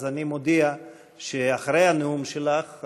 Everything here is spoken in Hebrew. אני מודיע שאחרי הנאום שלך,